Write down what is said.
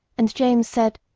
and james said,